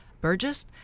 Burgess